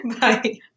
Bye